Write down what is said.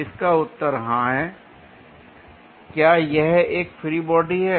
इसका उत्तर हां है l क्या यह एक फ्री बॉडी है